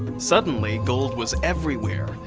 suddenly gold was everywhere.